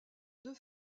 deux